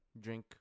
Drink